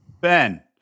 Ben